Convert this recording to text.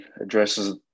addresses